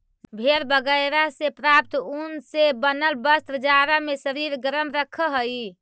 भेड़ बगैरह से प्राप्त ऊन से बनल वस्त्र जाड़ा में शरीर गरम रखऽ हई